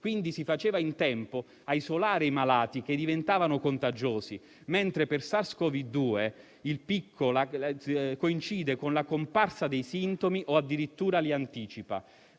quindi si faceva in tempo ad isolare i malati che diventavano contagiosi, mentre per SARS-CoV-2 il picco coincide con la comparsa dei sintomi o addirittura li anticipa.